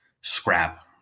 scrap